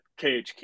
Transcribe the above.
khq